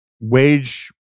wage